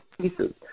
pieces